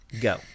go